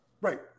Right